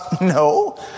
No